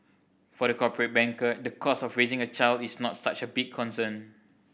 for the corporate banker the cost of raising a child is not such a big concern